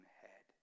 head